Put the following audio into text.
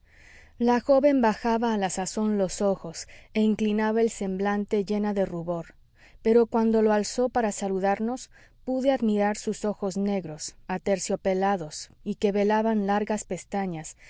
la joven bajaba a la sazón los ojos e inclinaba el semblante llena de rubor pero cuando lo alzó para saludarnos pude admirar sus ojos negros aterciopelados y que velaban largas pestañas